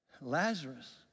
Lazarus